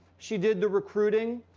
she did the recruiting.